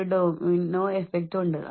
നിരന്തരമായ അനിശ്ചിതത്വമുണ്ട്